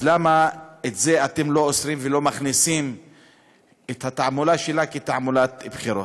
למה את זה אתם לא אוסרים ולא מכניסים את התעמולה שלה כתעמולת בחירות?